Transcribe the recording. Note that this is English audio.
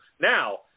Now